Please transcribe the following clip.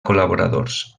col·laboradors